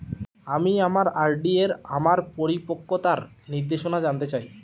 আমি আমার আর.ডি এর আমার পরিপক্কতার নির্দেশনা জানতে চাই